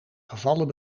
gevallen